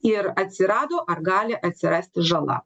ir atsirado ar gali atsirasti žala